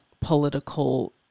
political